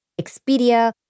Expedia